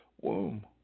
womb